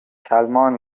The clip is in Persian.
سلمان